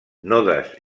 nodes